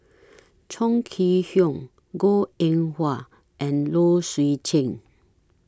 Chong Kee Hiong Goh Eng Wah and Low Swee Chen